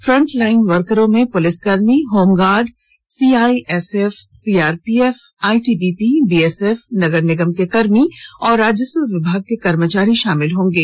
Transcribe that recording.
front line वर्करों में पुलसिकर्मी home guard CISF CRPF ITBP BSF नगर निगम के कर्मी और राजस्व विभाग के कर्मचारी शामिल होंगे